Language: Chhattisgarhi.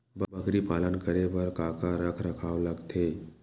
बकरी पालन करे बर काका रख रखाव लगथे?